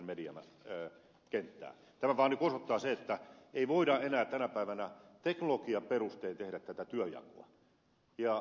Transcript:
tämä vaan osoittaa sen että ei voida enää tänä päivänä teknologiaperustein tehdä tätä työnjakoa